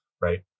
right